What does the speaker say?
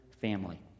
family